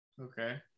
Okay